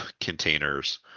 containers